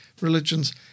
religions